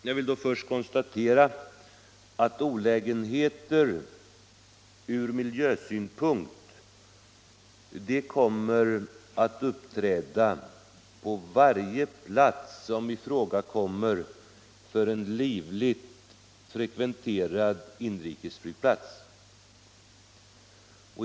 Jag vill då först konstatera att olägenheter från miljösynpunkt kommer att uppträda på varje plats som ifrågakommer för en livligt frekventerad inrikesflygplats.